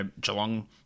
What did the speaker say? Geelong